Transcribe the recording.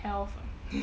health